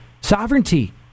sovereignty